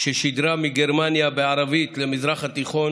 ששידרה מגרמניה בערבית למזרח התיכון